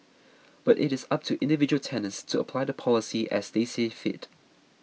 but it is up to individual tenants to apply the policy as they see fit